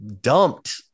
dumped